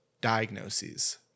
diagnoses